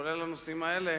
בכללם הנושאים האלה,